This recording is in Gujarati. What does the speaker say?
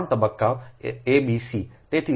3 તબક્કાઓ અબ સી